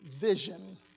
vision